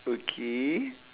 okay